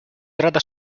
trata